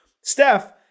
Steph